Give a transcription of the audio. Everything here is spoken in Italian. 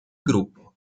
gruppo